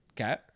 Okay